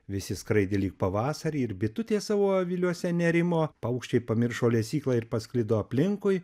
visi skraidė lyg pavasarį ir bitutės savo aviliuose nerimo paukščiai pamiršo lesyklą ir pasklido aplinkui